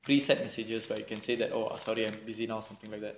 preset massengers but you can say that oh I'm sorry I'm busy now something like that